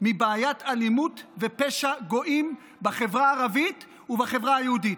מבעיית אלימות ופשע גואים בחברה הערבית ובחברה היהודית.